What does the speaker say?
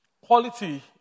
Quality